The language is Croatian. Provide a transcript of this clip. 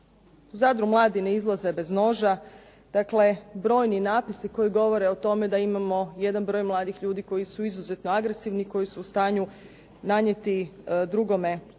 u Zadru mladi ne izlaze bez noža. Dakle, brojni natpisi koji govore o tome da imamo jedan broj mladih ljudi koji su izuzetno agresivni koji su u stanju drugome nanijeti